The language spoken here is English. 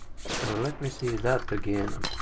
so let me see that again.